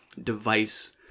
device